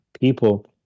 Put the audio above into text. people